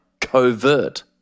covert